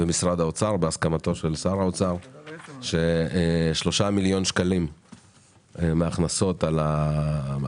במשרד האוצר על כך ששלושה מיליון שקלים מההכנסות מהמס